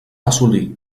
assolir